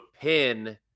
pin